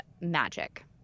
magic